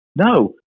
No